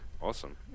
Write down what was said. awesome